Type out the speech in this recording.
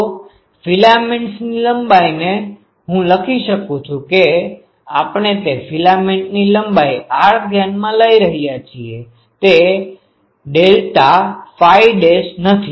તો ફિલામેન્ટ્સની લંબાઈને હું લખી શકું છું કે આપણે તે ફિલામેન્ટની લંબાઈ r ધ્યાનમાં લઈ રહ્યા છીએ તે ∆ ડેલ્ટા ફાઈ ડેશ નથી